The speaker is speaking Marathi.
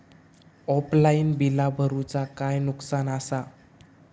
ऑफलाइन बिला भरूचा काय नुकसान आसा?